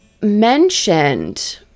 mentioned